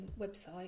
website